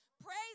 Praise